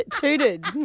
tooted